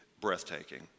breathtaking